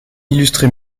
illustré